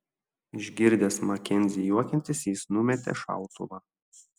išgirdęs makenzį juokiantis jis numetė šautuvą